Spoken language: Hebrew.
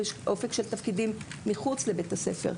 אופק של תפקידים מחוץ לבית הספר,